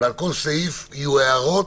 ועל כל סעיף יהיו הערות.